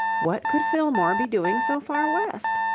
what could fillmore be doing so far west?